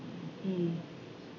mm